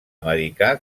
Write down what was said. americà